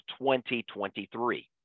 2023